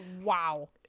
Wow